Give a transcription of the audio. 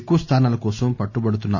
ఎక్కువ స్థానాల కోసం పట్టుబడుతున్న